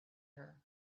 her